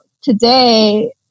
today